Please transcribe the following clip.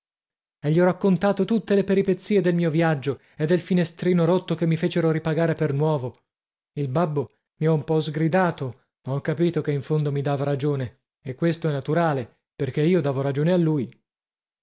e gli ho raccontato tutte le peripezie del mio viaggio e del finestrino rotto che mi fecero ripagare per nuovo il babbo mi ha un po sgridato ma ho capito che in fondo mi dava ragione e questo è naturale perché io davo ragione a lui